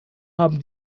haben